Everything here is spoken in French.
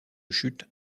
chute